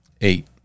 Eight